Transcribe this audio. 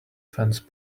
fence